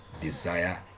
desire